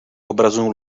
obrazů